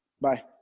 Bye